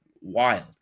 wild